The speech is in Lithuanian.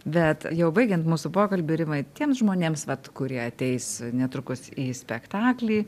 bet jau baigiant mūsų pokalbį rimai tiems žmonėms vat kurie ateis netrukus į spektaklį